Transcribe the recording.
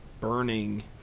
burning